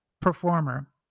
performer